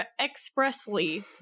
expressly